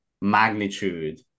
magnitude